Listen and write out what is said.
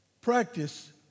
Practice